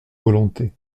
volonté